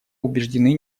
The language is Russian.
убеждены